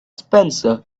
spencer